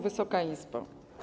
Wysoka Izbo!